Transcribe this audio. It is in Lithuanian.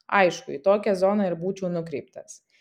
aišku į tokią zoną ir būčiau nukreiptas